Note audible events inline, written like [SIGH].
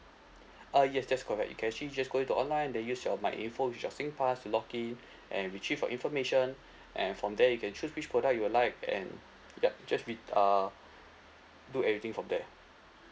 uh yes that's correct you can actually just go into online then use your my info with your singpass to log in and retrieve your information [BREATH] and from there you can choose which product you will like and yup just with uh do everything from there